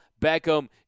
Beckham